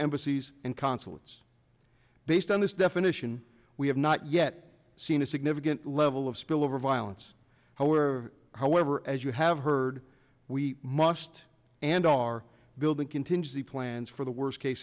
embassies and consulates based on this definition we have not yet seen a significant level of spillover violence however however as you have heard we must and are building contingency plans for the worst case